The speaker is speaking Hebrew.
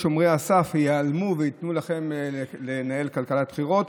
שומרי הסף ייעלמו וייתנו לכם לנהל כלכלת בחירות.